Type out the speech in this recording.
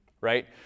right